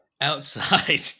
outside